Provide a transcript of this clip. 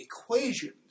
equations